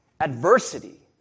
adversity